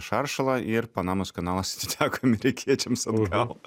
šaršalą ir panamos kanalas atiteko amerikiečiams atgal